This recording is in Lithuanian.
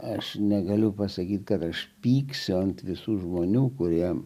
aš negaliu pasakyti kad aš pyksiu ant visų žmonių kurie